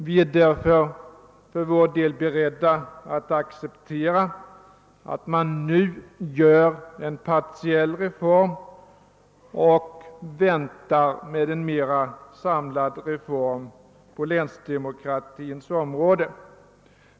Vi är därför för vår del beredda att acceptera att man nu genomför en partiell reform och väntar med en mer samlad reform på länsdemokratins område.